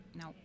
No